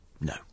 no